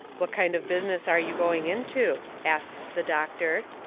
what kind of business are you going into? asts the doctor.